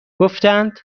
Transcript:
گفتند